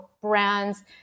brands